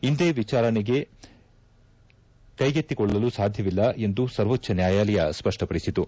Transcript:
ಇಂದೇ ವಿಚಾರಣೆ ಕೈಗೆತ್ತಿಕೊಳ್ಳಲು ಸಾಧ್ಯವಿಲ್ಲ ಎಂದು ಸರ್ವೋಚ್ವ ನ್ಯಾಯಾಲಯ ಸ್ಪಷ್ಟಪಡಿಸಿತು